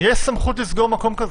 סמכות לסגור מקום כזה.